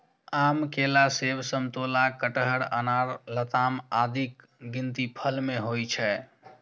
आम, केला, सेब, समतोला, कटहर, अनार, लताम आदिक गिनती फल मे होइ छै